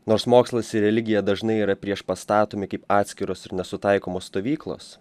nors mokslas ir religija dažnai yra priešpastatomi kaip atskiros ir nesutaikomos stovyklos